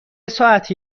ساعتی